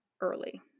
early